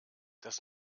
das